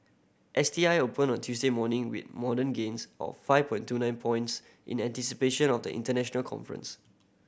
S T I opened on Tuesday morning with moden gains of five point two nine points in anticipation of the international conference